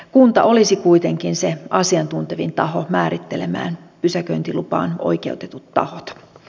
kunta olisi kuitenkin se asiantuntevin taho määrittelemään pysäköintilupaan oikeutetut tahot